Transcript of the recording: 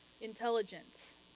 intelligence